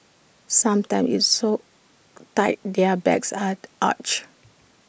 sometimes IT so tight their backs are arched